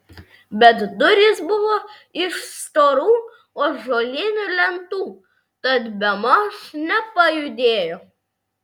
bet durys buvo iš storų ąžuolinių lentų tad bemaž nepajudėjo